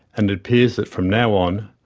and it appears that from now on,